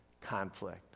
conflict